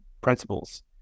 principles